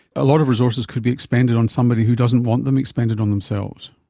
a lot of resources could be expended on somebody who doesn't want them expended on themselves.